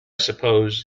suppose